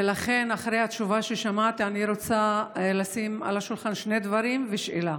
ולכן אחרי התשובה ששמעתי אני רוצה לשים על השולחן שני דברים ושאלה.